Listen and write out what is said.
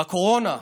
בקורונה,